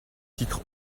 titre